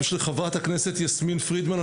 של חברת הכנסת יסמין פרידמן.